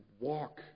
walk